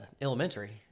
elementary